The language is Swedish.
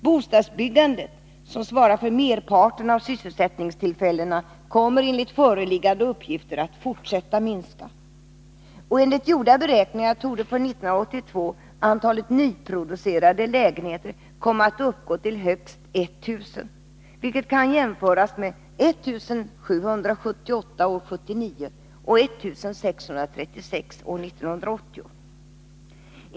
Bostadsbyggandet, som svarar för merparten av sysselsättningstillfällena, kommer enligt föreliggande uppgifter att fortsätta att minska. Enligt gjorda beräkningar torde för 1982 antalet nyproducerade lägenheter komma att uppgå till högst 1 000, vilket kan jämföras med 1 778 år 1979 och 1636 år 1980.